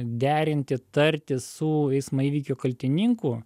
derinti tartis su eismo įvykio kaltininku